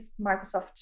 Microsoft